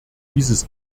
dieses